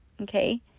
Okay